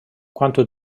quanto